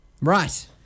Right